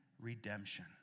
redemption